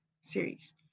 series